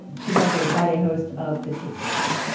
she's also the friday host of the takeaway.